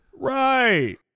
Right